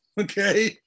Okay